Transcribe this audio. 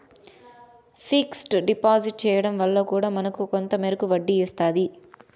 fixed deposit చేయడం వల్ల కూడా మనకు కొంత మేరకు వడ్డీ వస్తాది